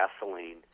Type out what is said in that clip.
gasoline